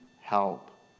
help